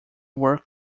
were